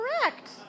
correct